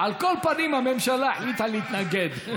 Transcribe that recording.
על כל פנים, הממשלה החליטה להתנגד.